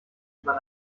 über